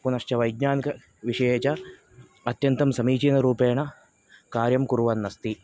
पुनश्च वैज्ञानिकविषये च अत्यन्तं समीचिनरूपेण कार्यं कुर्वन्नस्ति